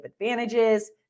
advantages